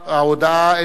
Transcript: הכנסת להודעה זו.